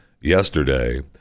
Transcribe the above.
yesterday